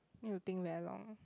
need to think very long